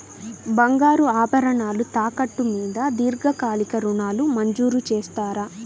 బంగారు ఆభరణాలు తాకట్టు మీద దీర్ఘకాలిక ఋణాలు మంజూరు చేస్తారా?